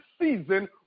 season